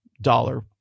dollar